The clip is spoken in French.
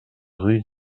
rue